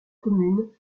commune